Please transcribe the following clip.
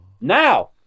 Now